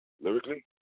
Lyrically